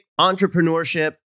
entrepreneurship